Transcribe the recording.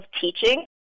teaching